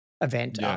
event